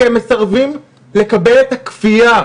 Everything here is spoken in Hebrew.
כי הם מסרבים לקבל את הכפייה,